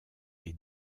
est